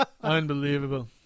Unbelievable